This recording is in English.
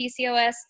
PCOS